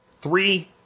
Three